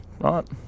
right